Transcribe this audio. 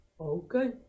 Okay